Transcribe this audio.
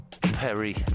Perry